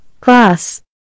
class